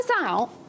out